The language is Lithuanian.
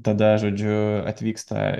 tada žodžiu atvyksta